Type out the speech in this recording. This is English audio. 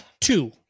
Two